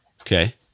Okay